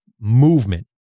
Movement